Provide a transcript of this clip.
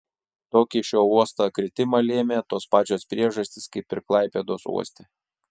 tokį šio uosto kritimą lėmė tos pačios priežastys kaip ir klaipėdos uoste